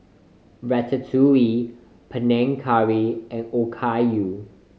Ratatouille Panang Curry and Okayu